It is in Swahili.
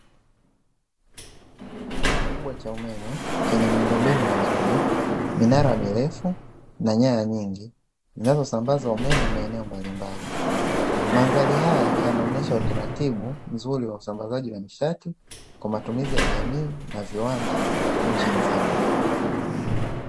Kituo kikubwa cha umeme chenye miundombinu mizuri, minara mirefu na nyaya nyingi, zinazosambaza umeme maeneo mbalimbali, mandhali haya yanaonyesha utaratibu mzuri wa usambazaji wa nishati kwa matumizi ya jamii na viwanda nchi nzima.